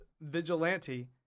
vigilante